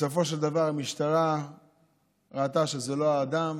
בסופו של דבר המשטרה ראתה שזה לא האדם,